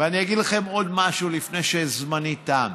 ואני אגיד לכם עוד משהו לפני שזמני תם: